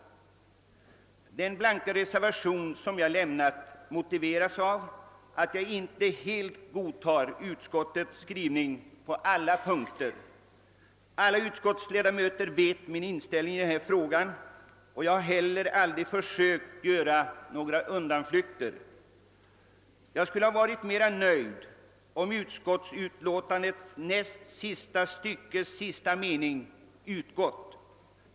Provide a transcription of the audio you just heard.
Den blanka reservation som jag har lämnat motiveras av att jag inte helt godtar utskottets skrivning på alla punkter. Alla utskottsledamöter känner min inställning i denna fråga, och jag har heller aldrig försökt göra några undanflykter. Jag skulle ha varit mera nöjd, om sista meningen i näst sista stycket av utlåtandet utgått.